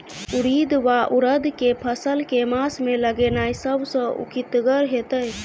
उड़ीद वा उड़द केँ फसल केँ मास मे लगेनाय सब सऽ उकीतगर हेतै?